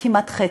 כמעט חצי,